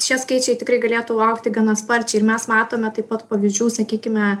šie skaičiai tikrai galėtų augti gana sparčiai ir mes matome taip pat pavyzdžių sakykime